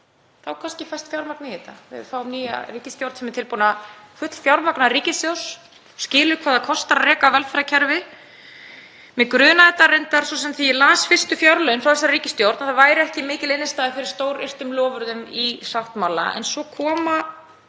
Þá kannski fæst fjármagn í þetta, ef við fáum nýja ríkisstjórn sem er tilbúin að fullfjármagna ríkissjóð og skilur hvað það kostar að reka velferðarkerfi. Mig grunaði reyndar svo sem þegar ég las fyrstu fjárlögin frá þessari ríkisstjórn að það væri ekki mikil innstæða fyrir stóryrtum loforðum í sáttmála en svo koma